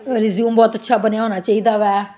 resume ਬਹੁਤ ਅੱਛਾ ਬਣਿਆ ਹੋਣਾ ਚਾਹੀਦਾ ਵੈ